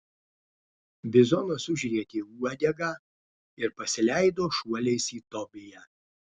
bizonas užrietė uodegą ir pasileido šuoliais į tobiją